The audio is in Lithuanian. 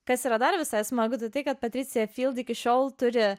kas yra dar visai smagu tai kad patricija iki šiol turi